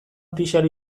pixari